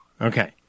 Okay